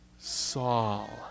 Saul